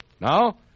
Now